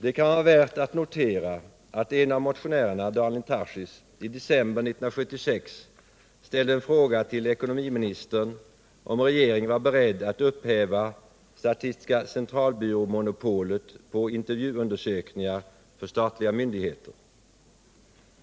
Det kan då vara värt att notera att en av motionärerna, Daniel Tarschys, i december 1976 ställde en fråga till ekonomiministern om huruvida regeringen var beredd att upphäva statistiska centralbyråns monopol på intervjuundersökningar för statliga myndigheter.